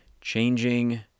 Changing